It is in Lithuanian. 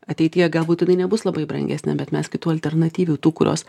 ateityje galbūt jinai nebus labai brangesnė bet mes kitų alternatyvių tų kurios